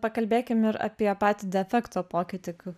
pakalbėkim ir apie patį defekto pokytį